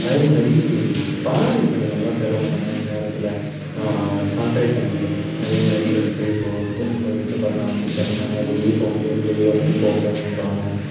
அதேமாதிரி பால் விற்பனைகள்லாம் சிறப்பாக பண்ணிணாங்க அந்த நேரத்தில் சாக்கடை தண்ணீர் அதேமாதிரி வந்துட்டு இப்போது ஒருத்தருக்கு வீட்டில கொரோனா வந்துடுச்சு அப்புடின்னா அவங்களால வெளியே போகமுடியாது வெளியே வந்துட்டு போக கூடாதுன்றுவாங்க